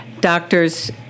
Doctors